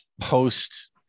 post